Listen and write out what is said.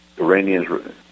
Iranians